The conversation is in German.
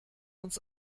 uns